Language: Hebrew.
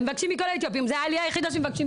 אני רוצה להגיד למשרד